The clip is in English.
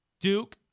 Duke